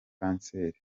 kanseri